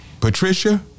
Patricia